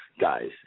Guys